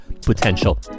potential